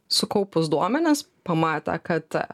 sukaupus duomenis pamatę kad